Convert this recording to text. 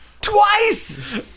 twice